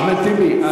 אחמד טיבי,